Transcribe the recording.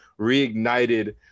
reignited